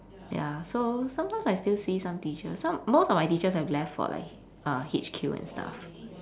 ya so sometimes I still see some teachers some most of my teachers have left for like uh H_Q and stuff